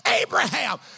Abraham